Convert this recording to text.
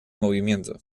movimiento